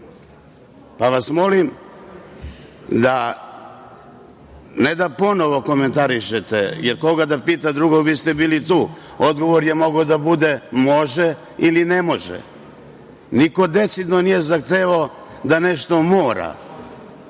vas molim ne da ponovo komentarišete, jer koga da pita drugog, vi ste bili tu, odgovor je mogao da bude – može ili ne može, niko decidno nije zahtevao da nešto mora,